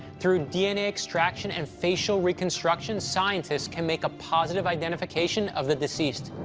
through dna extraction and facial reconstruction, scientists can make a positive identification of the deceased.